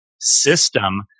system